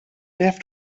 left